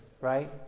right